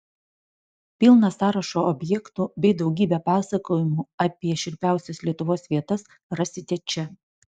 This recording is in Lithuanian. pilną sąrašą objektų bei daugybę pasakojimų apie šiurpiausias lietuvos vietas rasite čia